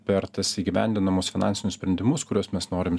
per tas įgyvendinamus finansinius sprendimus kuriuos mes norim